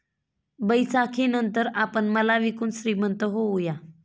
बैसाखीनंतर आपण माल विकून श्रीमंत होऊया